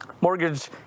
Mortgage